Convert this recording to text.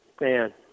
man